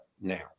now